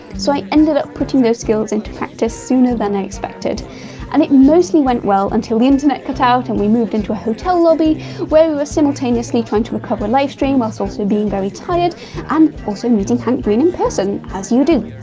so i ended up putting those skills into practice sooner than i expected and it mostly went well until the internet cut out and we moved into a hotel lobby where we were simultaneously trying to recover a livestream whilst also being very tired and and also meeting hank green in person, as you do.